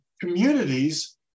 communities